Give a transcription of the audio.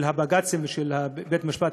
של הבג"צים ושל בית-המשפט,